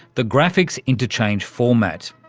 the graphics interchange format,